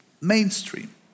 mainstream